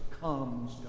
comes